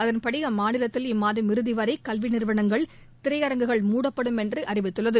அதன்படி அம்மாநிலத்தில் இம்மாதம் இறுதி வரை கல்வி நிறுவனங்கள் திரையரங்குகள் முடப்படும் என்று அறிவித்துள்ளது